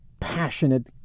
Passionate